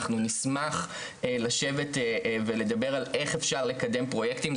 אנחנו נשמח לשבת ולדבר על איך אפשר לקדם פרויקטים,